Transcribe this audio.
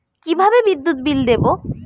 কিভাবে বিদ্যুৎ বিল দেবো?